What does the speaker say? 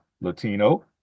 Latino